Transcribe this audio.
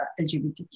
LGBTQ